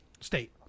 state